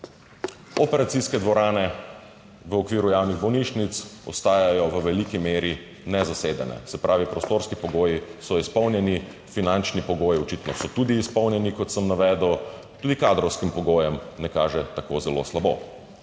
Operacijske dvorane v okviru javnih bolnišnic ostajajo v veliki meri nezasedene. Se pravi, prostorski pogoji so izpolnjeni, finančni pogoji očitno so tudi izpolnjeni, kot sem navedel, tudi kadrovskim pogojem ne kaže tako zelo slabo.